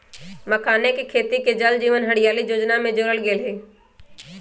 मखानके खेती के जल जीवन हरियाली जोजना में जोरल गेल हई